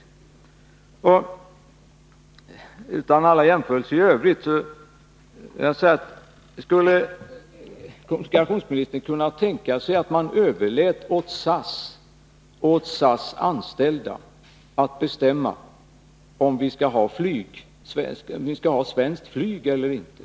Utan att göra några jämförelser i övrigt skulle jag vilja fråga: Skulle kommunikationsministern kunna tänka sig att man överlät åt SAS och SAS anställda att bestämma om vi skall ha svenskt flyg eller inte?